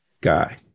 guy